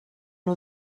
nhw